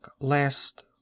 last